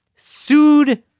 sued